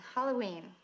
Halloween